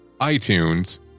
iTunes